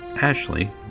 Ashley